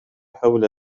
حول